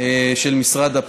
של השר לביטחון